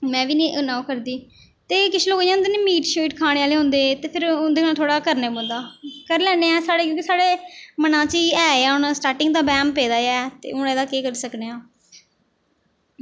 में बी इन्ना ओह् निं करदी ते किश लोग इ'यां होंदे ना मीट शीट खाने आह्ले होंदे ते फिर उं'दे कन्नै थोह्ड़ा करना पौंदा करी लैन्ने आं क्योंकि साढ़े मनै च ऐ हून स्टार्टिंग दा बैह्म पेदा ऐ ते हून एह्दा केह् करी सकने आं